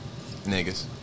niggas